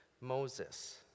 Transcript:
Moses